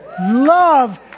Love